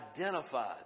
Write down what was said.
identified